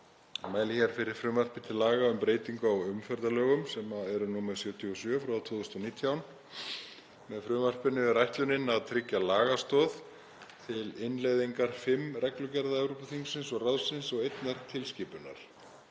mæli hér fyrir frumvarpi til laga um breytingu á umferðarlögum, nr. 77/2019. Með frumvarpinu er ætlunin að tryggja lagastoð til innleiðingar fimm reglugerða Evrópuþingsins og ráðsins og einnar tilskipunar.